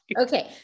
Okay